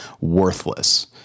worthless